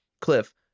cliff